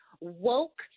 woke